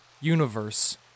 universe